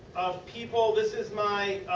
of people. this is my